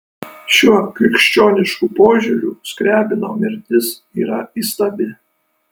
šiuo krikščionišku požiūriu skriabino mirtis yra įstabi